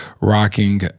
rocking